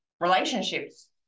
relationships